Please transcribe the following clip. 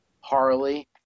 Harley